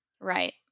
Right